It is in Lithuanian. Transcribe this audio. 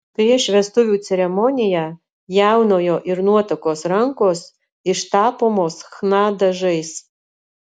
prieš vestuvių ceremoniją jaunojo ir nuotakos rankos ištapomos chna dažais